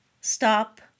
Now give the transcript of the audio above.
stop